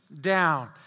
down